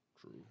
True